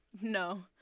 No